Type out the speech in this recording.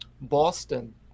Boston